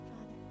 Father